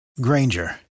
Granger